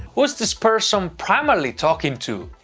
who is this person primarily talking to?